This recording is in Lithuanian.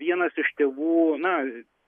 vienas iš tėvų na